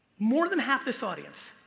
more than half this audience.